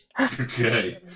Okay